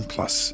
Plus